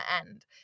end